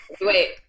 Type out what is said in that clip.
Wait